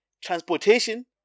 transportation